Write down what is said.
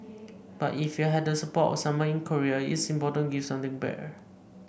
if you've had the support of someone in your career it's important to give something back